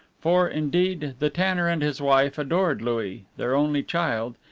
for, indeed, the tanner and his wife adored louis, their only child,